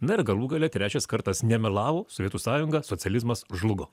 na ir galų gale trečias kartas nemelavo sovietų sąjunga socializmas žlugo